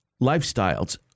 lifestyles